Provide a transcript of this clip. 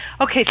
Okay